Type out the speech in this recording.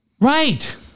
Right